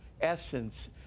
essence